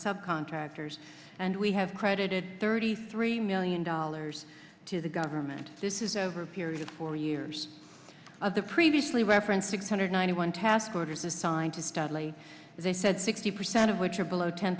subcontractors and we have credited thirty three million dollars to the government this is over a period of four years of the previously reference six hundred ninety one task orders assigned to studley they said sixty percent of which are below ten